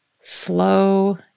slow